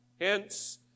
Hence